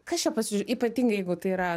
kas čia pas jus ypatingai jeigu tai yra